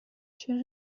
چرا